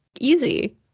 easy